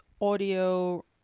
audio